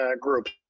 groups